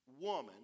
woman